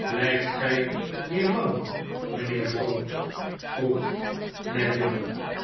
blyft gij hier lang mijnheer drood vroeg